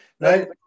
Right